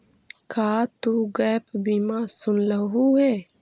का तु गैप बीमा सुनलहुं हे?